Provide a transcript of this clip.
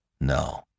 No